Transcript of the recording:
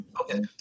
Okay